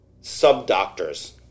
sub-doctor's